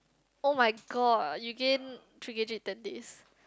oh-my-god you gain three K_G in ten days